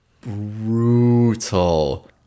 brutal